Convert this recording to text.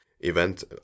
Event